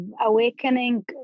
awakening